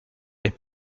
est